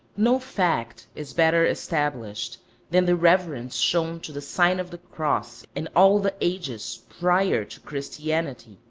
no fact is better established than the reverence shown to the sign of the cross in all the ages prior to christianity.